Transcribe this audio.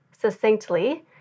succinctly